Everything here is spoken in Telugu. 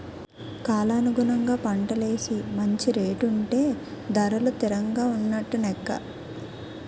కాలానుగుణంగా పంటలేసి మంచి రేటు ఉంటే ధరలు తిరంగా ఉన్నట్టు నెక్క